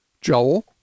Joel